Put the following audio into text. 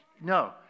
No